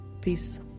peace